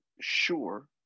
sure